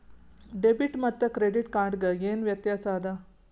Debit ಮತ್ತ credit card ಗೆ ಏನ ವ್ಯತ್ಯಾಸ ಆದ?